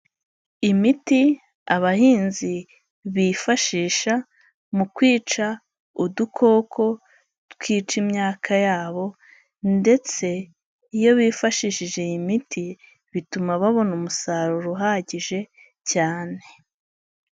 Imiti abahinzi bifashisha mu kwica udukoko twica imyaka yabo ndetse iyo bifashishije iyi miti bituma babona umusaruro uhagije cyane.